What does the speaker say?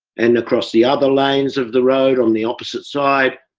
and across the other lanes of the road, on the opposite side.